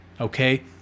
Okay